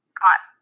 got